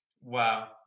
Wow